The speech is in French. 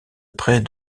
près